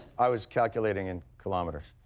i was calculating in kilometers.